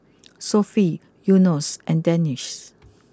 Sofea Yunos and Danish